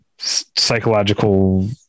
psychological